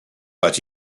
but